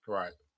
right